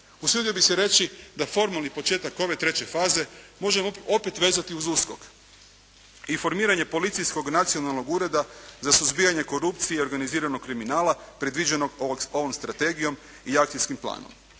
Usudio bih se reći da formalni početak ove treće faze možemo opet vezati uz USKOK i formiranje Policijskog nacionalnog ureda za suzbijanje korupcije i organiziranog kriminala predviđenog ovom strategijom i akcijskim planom.